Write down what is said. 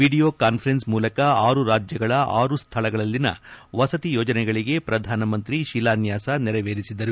video conference ಮೂಲಕ ಆರು ರಾಜ್ಲಗಳ ಆರು ಸ್ವಳಗಳಲ್ಲಿನ ವಸತಿ ಯೋಜನೆಗಳಿಗೆ ಪ್ರಧಾನಮಂತ್ರಿ ಶಿಲಾನ್ವಾಸ ನೆರವೇರಿಸಿದರು